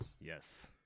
Yes